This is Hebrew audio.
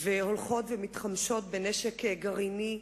והולכות ומתחמשות בנשק גרעיני.